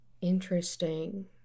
Interesting